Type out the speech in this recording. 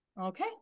Okay